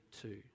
two